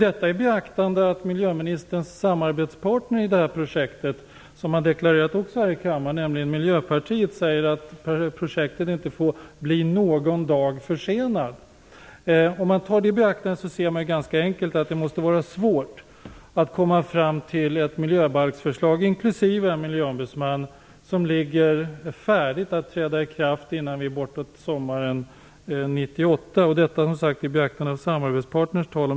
Samtidigt skall beaktas att miljöministerns samarbetspartner i detta projekt, Miljöpartiet, här i kammaren har deklarerat att projektet inte får bli en dag försenat. Det måste då vara svårt att komma fram till ett förslag till miljöbalk, också innefattande en miljöombudsman, vilket kan träda i kraft framåt sommaren 1998.